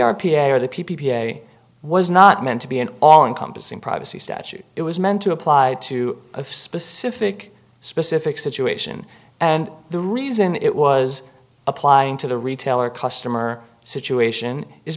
pierre the p p a was not meant to be an all encompassing privacy statute it was meant to apply to a specific specific situation and the reason it was applying to the retailer customer situation is